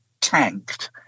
tanked